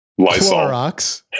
Clorox